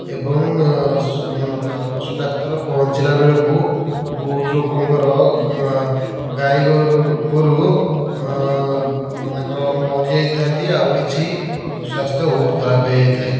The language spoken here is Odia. ଏବଂ ପଶୁ ଡ଼ାକ୍ତର ପହଞ୍ଚିଲା ବେଳକୁ ବହୁତ ଲୋକଙ୍କର ଗାଈ ଗୋରୁ ଗୋରୁ ମାନଙ୍କର ମରି ଯାଇଥାନ୍ତି ଆଉ କିଛି ସ୍ୱାସ୍ଥ୍ୟ ବହୁତ ଖରାପ ହୋଇ ଯାଇଥାଏ